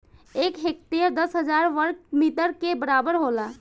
एक हेक्टेयर दस हजार वर्ग मीटर के बराबर होला